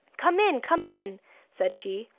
come in, come in said she,